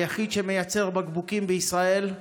היחיד שמייצר בקבוקים בישראל,